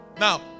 Now